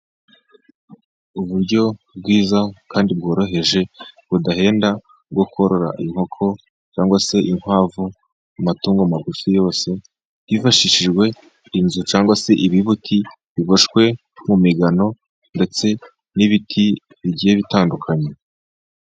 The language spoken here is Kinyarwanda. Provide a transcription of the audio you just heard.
Uburyo bwiza kandi bworoheje budahenda bwo korora, inkoko cyangwa se inkwavu; amatungo magufi yose hifashishijwe inzu cyangwa se ibibuti biboshwe mu migano ndetse n' ibiti bigiye bitandukanye.